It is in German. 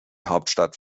hauptstadt